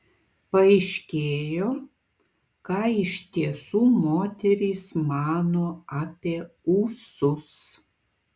paaiškėjo ką iš tiesų moterys mano apie ūsus